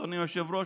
אדוני היושב-ראש,